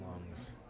lungs